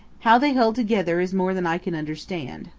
how they hold together is more than i can understand.